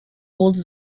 holds